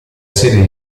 serie